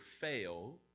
fail